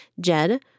Jed